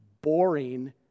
boring